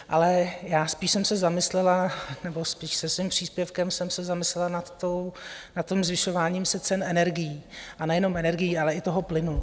Ale já spíš jsem se zamyslela, nebo spíš se svým příspěvkem jsem se zamyslela nad tím zvyšováním se cen energií, a nejenom energií, ale i toho plynu.